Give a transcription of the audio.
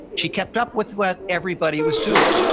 she kept up with what everybody was doing.